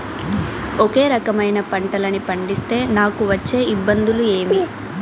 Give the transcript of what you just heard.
ఒకే రకమైన పంటలని పండిస్తే నాకు వచ్చే ఇబ్బందులు ఏమి?